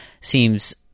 Seems